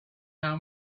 how